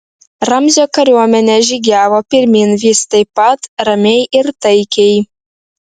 ramzio kariuomenė žygiavo pirmyn vis taip pat ramiai ir taikiai